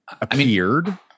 Appeared